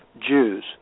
Jews